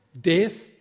Death